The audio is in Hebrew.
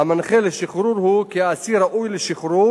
המנחה לשחרור הוא "כי האסיר ראוי לשחרור